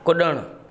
कुड॒णु